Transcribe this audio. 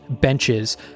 benches